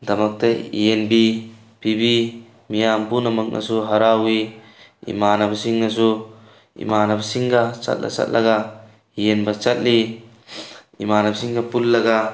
ꯗꯃꯛꯇ ꯌꯦꯟꯕꯤ ꯄꯤꯕꯤ ꯃꯤꯌꯥꯝ ꯄꯨꯝꯅꯃꯛꯅꯁꯨ ꯍꯔꯥꯎꯋꯤ ꯏꯃꯥꯟꯅꯕꯁꯤꯡꯅꯁꯨ ꯏꯃꯥꯟꯅꯕꯁꯤꯡꯒ ꯆꯠꯂ ꯆꯠꯂꯒ ꯌꯦꯟꯕ ꯆꯠꯂꯤ ꯏꯃꯥꯟꯅꯕꯁꯤꯡꯒ ꯄꯨꯜꯂꯒ